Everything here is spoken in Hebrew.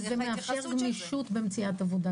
זה מאפשר גמישות במציאת עבודה,